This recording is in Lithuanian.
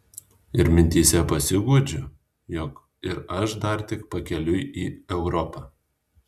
ir mintyse pasiguodžiu jog ir aš dar tik pakeliui į europą